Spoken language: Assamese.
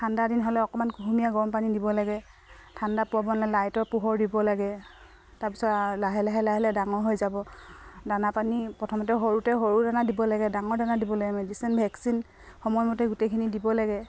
ঠাণ্ডা দিন হ'লে অকণমান কুহুমীয়া গৰম পানী দিব লাগে ঠাণ্ডা পোৱাব লাইটৰ পোহৰ দিব লাগে তাৰপিছত লাহে লাহে লাহে লাহে ডাঙৰ হৈ যাব দানা পানী প্ৰথমতে সৰুতে সৰু দানা দিব লাগে ডাঙৰ দানা দিব লাগে মেডিচিন ভেকচিন সময়মতে গোটেইখিনি দিব লাগে